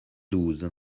douze